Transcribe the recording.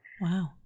Wow